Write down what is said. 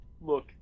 Look